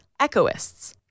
echoists